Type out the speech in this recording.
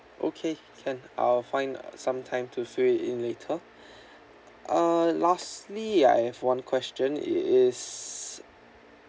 okay can I'll find uh some time to fill in later uh lastly I have one question it is